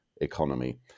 economy